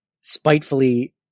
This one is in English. spitefully